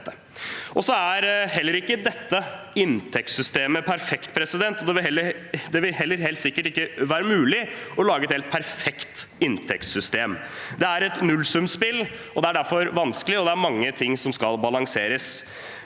er heller ikke dette inntektssystemet perfekt, og det vil heller helt sikkert ikke være mulig å lage et helt perfekt inntektssystem. Det er et nullsumspill, og det er derfor vanskelig, og det er mange ting som skal balanseres.